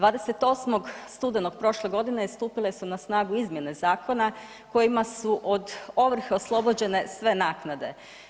28. studenog prošle godine stupile su na snagu izmjene zakona kojima su od ovrhe oslobođene sve naknade.